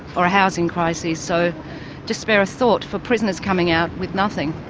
or a housing crisis. so just spare a thought for prisoners coming out with nothing.